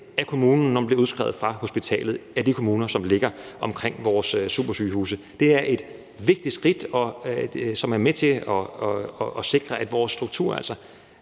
når man bliver udskrevet fra hospitalet, altså af de kommuner, som ligger omkring vores supersygehuse. Det er et vigtigt skridt, som er med til at sikre, at vores struktur